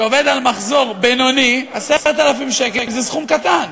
שעובד על מחזור בינוני, 10,000 שקלים זה סכום קטן.